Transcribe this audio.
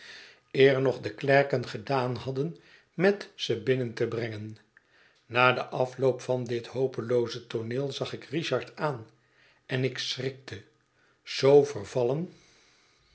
eer nog de klerken gedaan hadden met ze binnen te brengen na den afloop van dit hopelooze tooneel zag ik richard aan en ik schrikte zoo vervallen